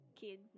kid